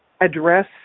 address